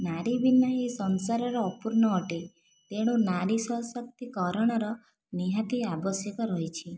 ନାରୀ ବିନା ଏ ସଂସାରର ଅପୂର୍ଣ୍ଣ ଅଟେ ତେଣୁ ନାରୀ ସଶକ୍ତିକରଣର ନିହାତି ଆବଶ୍ୟକ ରହିଛି